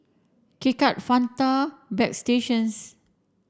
K Cut Fanta Bagstationz